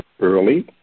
early